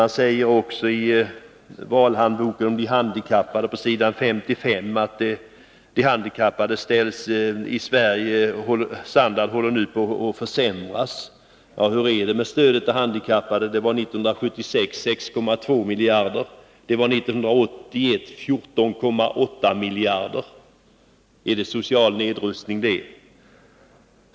När det gäller handikappade sägs det i valhandboken på s. 55 att deras standard håller på att försämras i Sverige. Hur är det med stödet till handikappade? Stödet till handikappade var 1976 6,2 miljarder och 1980 14,8 miljarder. Är det social nedrustning?